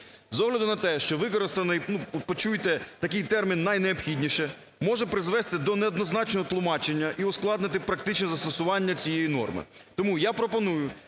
З огляду на те, що використаний, почуйте, такий термін "найнеобхідніший" може призвести до неоднозначного тлумачення і ускладнити практичне застосування цієї норми. Тому я пропоную,